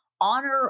honor